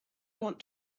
want